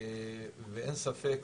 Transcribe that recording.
אין ספק,